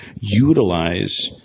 utilize